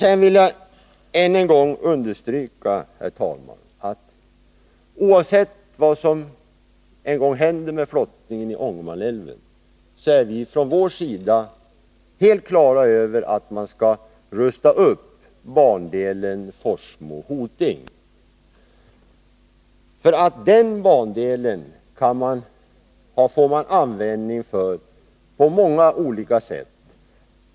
Sedan vill jag, herr talman, än en gång understryka att oavsett vad som en gång händer med flottningen i Ångermanälven är vi från vår sida helt klara över att man skall rusta upp bandelen Forsmo-Hoting. Den får man användning för på många olika sätt.